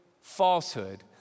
falsehood